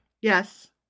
Yes